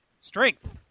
Strength